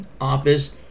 office